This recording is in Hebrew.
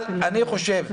אבל אני חושב,